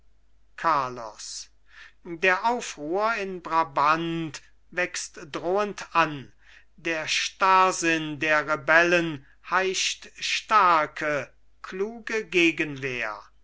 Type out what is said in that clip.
carlos der aufruhr in brabant wächst drohend an der startsinn der rebellen heischt starke kluge gegenwehr